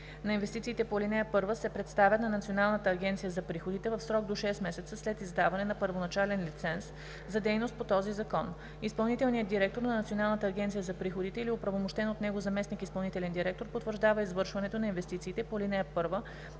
на инвестициите по ал. 1, се представят на Националната агенция за приходите в срок до 6 месеца след издаване на първоначален лиценз за дейност по този закон. Изпълнителният директор на Националната агенция за приходите или оправомощен от него заместник изпълнителен директор потвърждава извършването на инвестициите по ал. 1